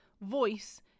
voice